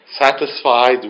Satisfied